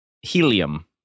Helium